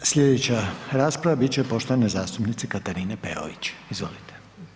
Slijedeća rasprava bit će poštovane zastupnice Katarine Peović, izvolite.